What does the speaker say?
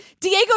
Diego